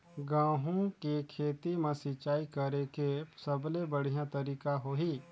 गंहू के खेती मां सिंचाई करेके सबले बढ़िया तरीका होही?